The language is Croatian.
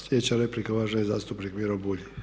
Sljedeća replika uvaženi zastupnik Miro Bulj.